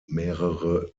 mehrere